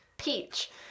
peach